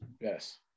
yes